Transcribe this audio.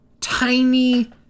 tiny